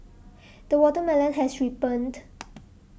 the watermelon has ripened